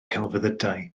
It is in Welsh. celfyddydau